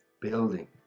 building